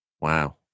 Wow